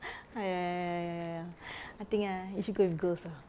ah ya ya ya ya ya ya ya I think ah you should go with girls ah